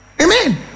Amen